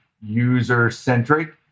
user-centric